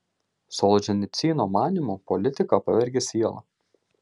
solženicyno manymu politika pavergia sielą